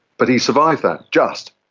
but he survived that, just,